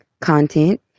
content